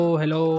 hello